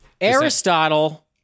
Aristotle